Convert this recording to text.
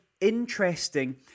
interesting